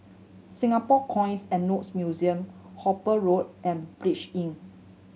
Singapore Coins and Notes Museum Hooper Road and Inn